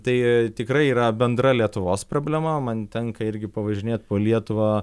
tai tikrai yra bendra lietuvos problema man tenka irgi pavažinėt po lietuvą